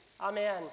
amen